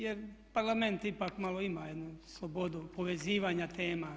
Jer Parlament ipak malo ima jednu slobodu povezivanja tema.